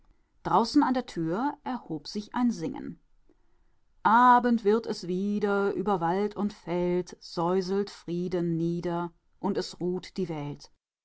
an der tür erhob sich ein singen abend wird es wieder über wald und feld säuselt frieden nieder und es ruht die welt